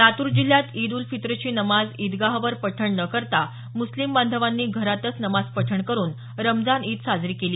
लातूर जिल्ह्यात ईद उल फित्रची नमाज ईदगाहवर पठण न करता मुस्लीम बांधवांनी घरातच नमाज पठण करून रमजान ईद साजरी केली